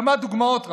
כמה דוגמאות רק: